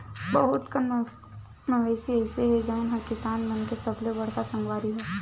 बहुत कन मवेशी अइसे हे जउन ह किसान मन के सबले बड़का संगवारी हरय